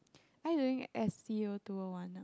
I doing S_T_O two O one ah